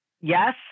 yes